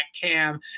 cam